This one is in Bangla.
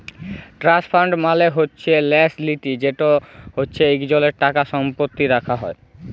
ট্রাস্ট ফাল্ড মালে হছে ল্যাস লিতি যেট হছে ইকজলের টাকা সম্পত্তি রাখা হ্যয়